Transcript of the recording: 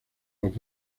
los